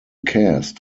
cast